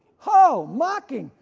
oh mocking,